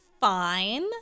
fine